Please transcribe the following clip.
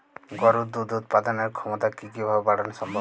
গরুর দুধ উৎপাদনের ক্ষমতা কি কি ভাবে বাড়ানো সম্ভব?